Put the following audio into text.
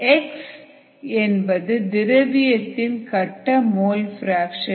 xAi என்பது திரவிய கட்ட மோல் பிராக்சன்